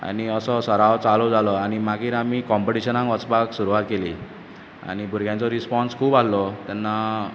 आनी असो सराव चालू जालो आनी मागीर आमी कोम्पिटिशनाक वचपाक सुरवात केली आनी भुरग्यांचो रिस्पोन्स खूब आसलो तेन्ना